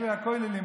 יושבי הכוללים,